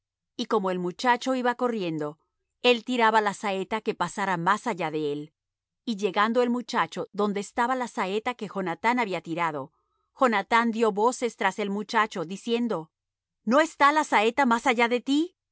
y como el muchacho iba corriendo él tiraba la saeta que pasara más allá de él y llegando el muchacho adonde estaba la saeta que jonathán había tirado jonathán dió voces tras el muchacho diciendo no está la saeta más allá de ti